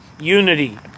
unity